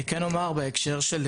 אני כן אומר בהקשר של